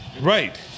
Right